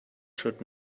should